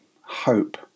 hope